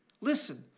Listen